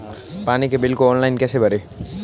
पानी के बिल को ऑनलाइन कैसे भरें?